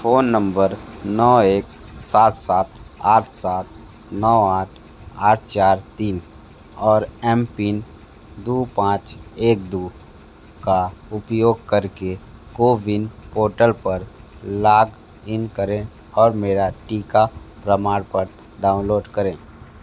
phone number नौ एक सात सात आठ सात नौ आठ आठ चार तीन और एम पिन दो पाँच एक दो का उपयोग करके कोविन पोर्टल पर लागइन करें और मेरा टीका प्रमाणपत्र डाउनलोड करें